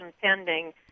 pending